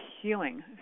healing